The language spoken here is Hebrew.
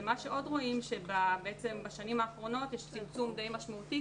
ומה שעוד רואים שבעצם בשנים האחרונות יש צמצום די משמעותי,